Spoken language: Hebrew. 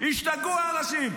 השתגעו האנשים.